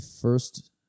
first